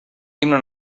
himno